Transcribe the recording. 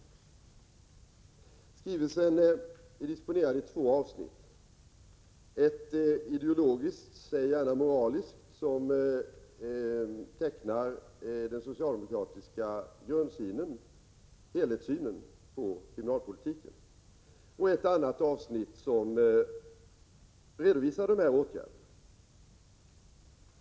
Skrivelsen är disponerad i två avsnitt, ett ideologiskt — säg gärna moraliskt — som tecknar den socialdemokratiska helhetssynen på kriminalpolitiken och ett annat som redovisar de nämnda åtgärderna.